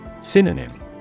Synonym